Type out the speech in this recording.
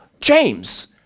James